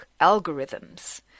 algorithms